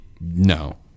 No